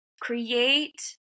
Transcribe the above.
create